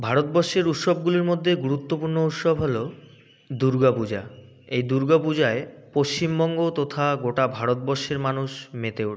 ভারতবষ্যের উৎসবগুলির মধ্যে গুরুত্বপূর্ণ উৎসব হল দুর্গা পূজা এই দুর্গা পূজায় পশ্চিমবঙ্গ তথা গোটা ভারতবর্ষের মানুষ মেতে ওঠে